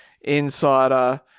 Insider